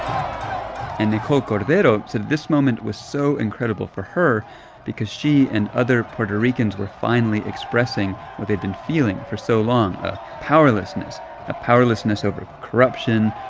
and nicole cordero said this moment was so incredible for her because she and other puerto ricans were finally expressing what they'd been feeling for so long, a powerlessness a powerlessness over corruption,